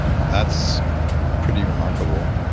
that's pretty remarkable.